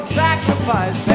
sacrifice